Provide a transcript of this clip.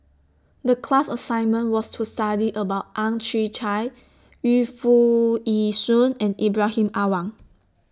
The class assignment was to study about Ang Chwee Chai Yu Foo Yee Shoon and Ibrahim Awang